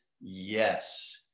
yes